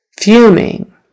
Fuming